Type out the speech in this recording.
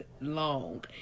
long